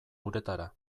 uretara